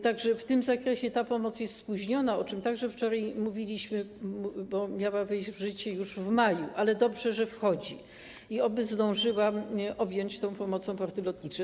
Tak że w tym zakresie ta pomoc jest spóźniona, o czym także wczoraj mówiliśmy, bo ustawa miała wejść w życie już w maju, ale dobrze, że wchodzi, i oby zdążyła objąć tą pomocą porty lotnicze.